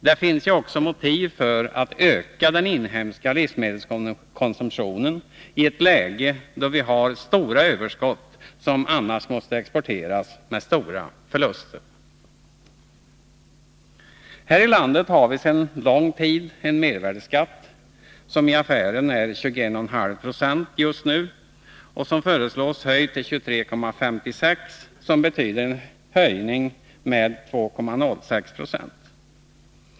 Det finns ju också motiv för att öka den inhemska livsmedelskonsumtionen i ett läge då vi har stora överskott som annars måste exporteras med stora förluster. Häri landet har vi sedan lång tid en mervärdeskatt, som i affären är 21,5 9o just nu och som föreslås höjd till 23,56 26, vilket betyder en höjning med 2,06 70.